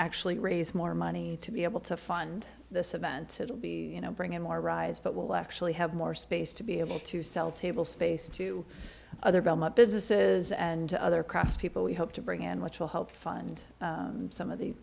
actually raise more money to be able to fund this event you know bring in more rise but will actually have more space to be able to sell table space to other belmont businesses and other crafts people we hope to bring in which will help fund some of the